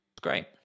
great